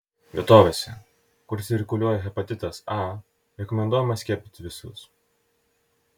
vietovėse kur cirkuliuoja hepatitas a rekomenduojama skiepyti visus